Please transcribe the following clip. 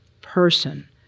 person